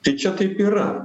tai čia taip yra